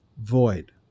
void